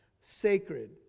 sacred